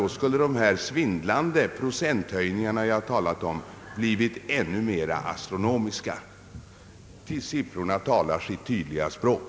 Då skulle de svindlande procenthöjningar jag talat om bli ännu mer astronomiska — siffrorna talar sitt tydliga språk.